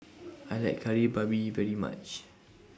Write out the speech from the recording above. I like Kari Babi very much